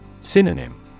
Synonym